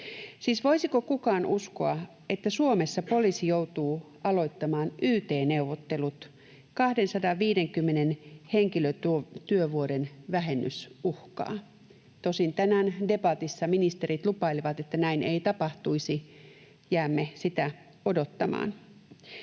voisiko kukaan uskoa, että Suomessa poliisi joutuu aloittamaan yt-neuvottelut ja 250 henkilötyövuoden vähennys uhkaa? Tosin tänään debatissa ministerit lupailivat, että näin ei tapahtuisi. Jäämme sitä odottamaan.